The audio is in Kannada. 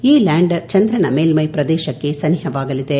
ಈ ಲ್ಯಾಂಡರ್ ಚಂದ್ರನ ಮೇಲ್ಟೈ ಪ್ರದೇಶಕ್ಷೆ ಸನಿಹವಾಗಲಿದೆ